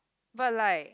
but like